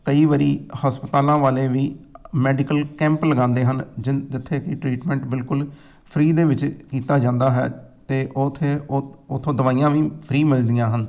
ਕਈ ਵਾਰੀ ਹਸਪਤਾਲਾਂ ਵਾਲੇ ਵੀ ਮੈਡੀਕਲ ਕੈਂਪ ਲਗਾਉਂਦੇ ਹਨ ਜਿ ਜਿੱਥੇ ਕਿ ਟ੍ਰੀਟਮੈਂਟ ਬਿਲਕੁਲ ਫ੍ਰੀ ਦੇ ਵਿੱਚ ਕੀਤਾ ਜਾਂਦਾ ਹੈ ਅਤੇ ਉੱਥੇ ਉ ਉੱਥੋਂ ਦਵਾਈਆਂ ਵੀ ਫ੍ਰੀ ਮਿਲਦੀਆਂ ਹਨ